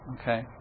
okay